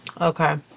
Okay